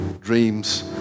dreams